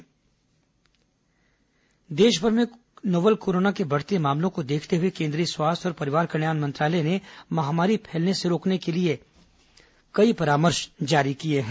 corona परामश देशभर में नोवेल कोरोना के बढ़ते मामलों के देखते हुए केंद्रीय स्वास्थ्य और परिवार कल्याण मंत्रालय ने महामारी फैलने से रोकने के लिए कई परामर्श जारी किए हैं